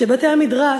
שבתי-המדרש,